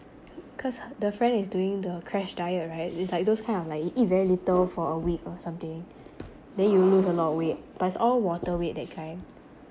cause the friend is doing the crash diet right it's like those kind of like you eat very little for a week or something then you lose a lot of weight but it's all water weight that kind